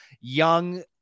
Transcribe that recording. young